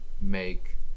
make